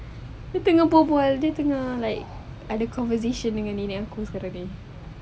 dia tengah bual-bual dia tengah like ada conversation dengan nenek aku sekarang ni